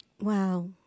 Wow